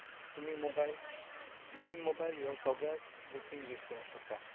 तुमी मोबायल तुमी मोबायल हो सगळ्या गोश्ठीक यूज करूंक शकता